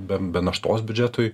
be be naštos biudžetui